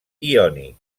iònic